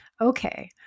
Okay